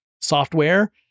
software